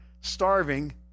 starving